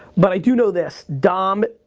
but i do know this, dom,